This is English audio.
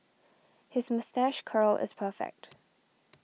his moustache curl is perfect